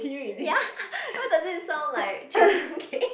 ya why does it sound like Chingay